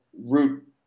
root